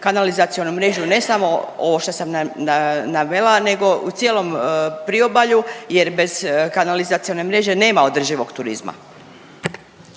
što sam navela nego u cijelom priobalju jer bez kanalizacione mreže nema održivog turizma?